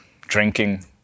drinking